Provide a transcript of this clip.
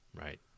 Right